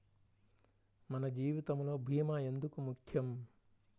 మన జీవితములో భీమా ఎందుకు ముఖ్యం?